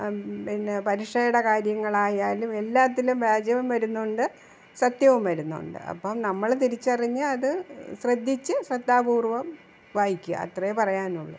പിന്നെ പരീക്ഷയുടെ കാര്യങ്ങളായാലും എല്ലാത്തിലും വ്യാജവും വരുന്നുണ്ട് സത്യവും വരുന്നുണ്ട് അപ്പോള് നമ്മള് തിരിച്ചറിഞ്ഞ് അത് ശ്രദ്ധിച്ച് ശ്രദ്ധാപൂർവ്വം വായിക്കുക അത്രയേ പറയാനുള്ളൂ